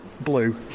blue